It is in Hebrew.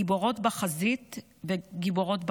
גיבורות בחזית וגיבורות בעורף.